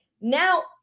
now